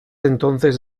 entonces